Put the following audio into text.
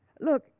Look